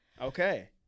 Okay